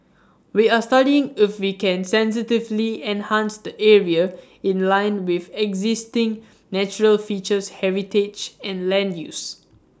we are studying if we can sensitively enhance the area in line with existing natural features heritage and land use